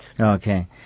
okay